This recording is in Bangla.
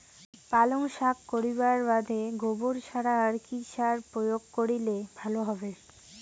পালং শাক করিবার বাদে গোবর ছাড়া আর কি সার প্রয়োগ করিলে ভালো হবে?